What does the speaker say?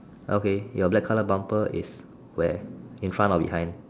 okay your black colour bumper is where in front or behind